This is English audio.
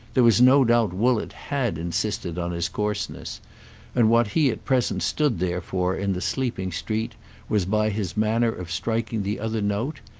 there was no doubt woollett had insisted on his coarseness and what he at present stood there for in the sleeping street was, by his manner of striking the other note,